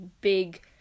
big